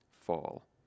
fall